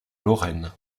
lorraine